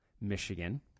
Michigan